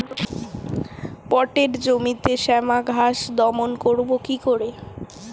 পাটের জমিতে শ্যামা ঘাস দমন করবো কি করে?